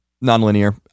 non-linear